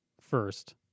first